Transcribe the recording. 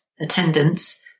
attendance